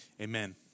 Amen